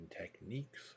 techniques